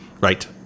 Right